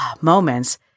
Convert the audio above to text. moments